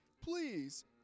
Please